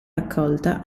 raccolta